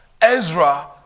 Ezra